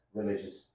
religious